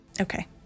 Okay